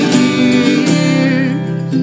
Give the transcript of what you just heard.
years